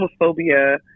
homophobia